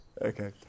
Okay